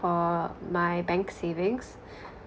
for my bank savings